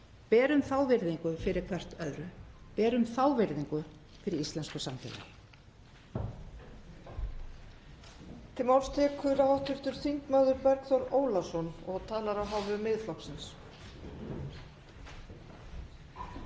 Berum þá virðingu fyrir hvert öðru. Berum þá virðingu fyrir íslensku samfélagi.